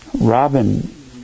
Robin